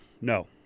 no